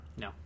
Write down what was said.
no